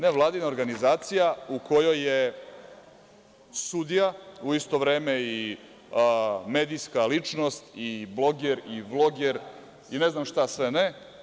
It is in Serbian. Nevladina organizacija u kojoj je sudija u isto vreme i medijska ličnost i bloger i vloger i ne znam šta sve ne.